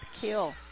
kill